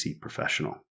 professional